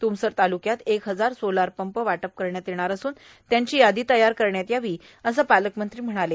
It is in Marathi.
तुमसर तालुक्यात एक हजार सोलर पंप वाटप करण्यात येणार असून यादी तयार करण्यात यावी असं पालकमंत्री म्हणाले